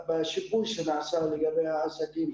רק אמרו שאם השותף אמרת מצ'ינג וזה בדיוק זה לא עמד בחלקו,